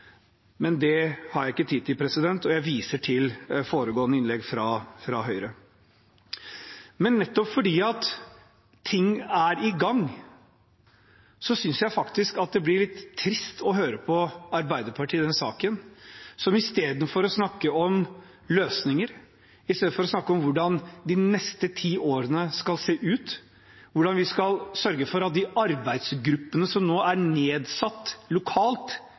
men det har jeg ikke tid til, og jeg viser til foregående innlegg fra Høyre. Men nettopp fordi ting er i gang, synes jeg det blir litt trist å høre på Arbeiderpartiet i denne saken – istedenfor å snakke om løsninger, istedenfor å snakke om hvordan de neste ti årene skal se ut, og hvordan vi skal sørge for at de arbeidsgruppene som nå er nedsatt lokalt,